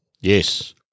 Yes